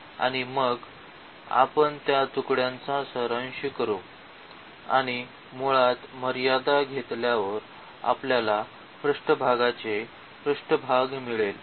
आणि मग आपण त्या तुकड्यांचा सारांश करू आणि मुळात मर्यादा घेतल्यावर आपल्याला पृष्ठभागाचे पृष्ठभाग मिळेल